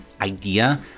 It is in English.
idea